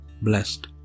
blessed